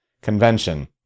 convention